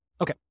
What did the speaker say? Okay